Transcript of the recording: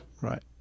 Right